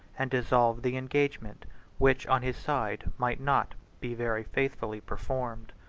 and dissolve the engagement which on his side might not be very faithfully performed.